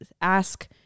ask